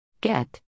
Get